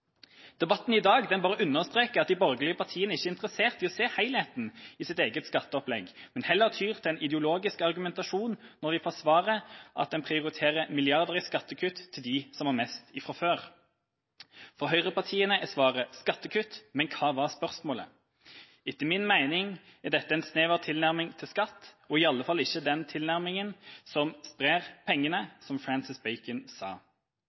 Debatten i dag bare understreker at de borgerlige partiene ikke er interessert i å se helheten i sitt eget skatteopplegg, men heller tyr til en ideologisk argumentasjon når de forsvarer at man prioriterer milliarder i skattekutt til dem som har mest fra før. For høyrepartiene er svaret skattekutt, men hva var spørsmålet? Etter min mening er dette en snever tilnærming til skatt og iallfall ikke den tilnærminga som sprer pengene, som Francis Bacon sa